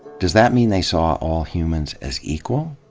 does that mean they saw all humans as equal?